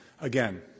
Again